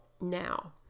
now